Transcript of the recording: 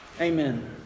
Amen